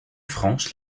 franche